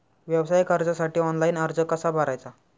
व्यवसाय कर्जासाठी ऑनलाइन अर्ज कसा भरायचा?